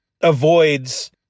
avoids